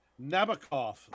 Nabokov